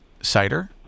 cider